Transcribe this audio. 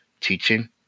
Teaching